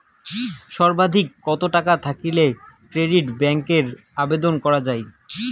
সর্বাধিক কত টাকা থাকলে ক্রেডিট কার্ডের আবেদন করা য়ায়?